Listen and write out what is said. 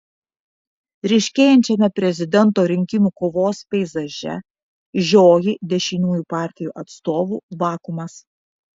ryškėjančiame prezidento rinkimų kovos peizaže žioji dešiniųjų partijų atstovų vakuumas